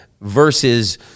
versus –